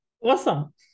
awesome